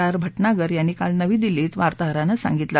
R Bhatnagar यांनी काल नवी दिल्लीत वार्ताहरांना सांगितलं